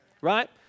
Right